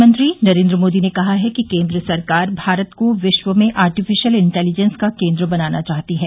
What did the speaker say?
प्रधानमंत्री नरेन्द्र मोदी ने कहा है कि केंद्र सरकार भारत को विश्व में आर्टिफिशियल इंटेलिजेंस का केंद्र बनाना चाहती है